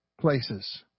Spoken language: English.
places